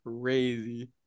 crazy